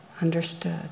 understood